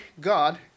God